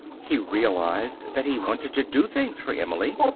he realized that he wanted to do things for emily.